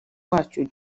wacyo